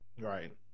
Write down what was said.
Right